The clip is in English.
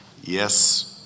yes